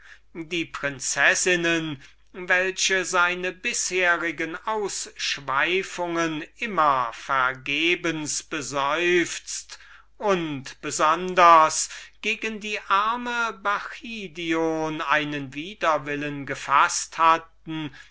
die prinzessinnen welche seine bisherigen ausschweifungen immer vergebens beseufzet und besonders gegen die arme bacchidion einen widerwillen gefaßt hatten